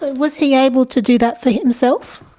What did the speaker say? ah was he able to do that for himself?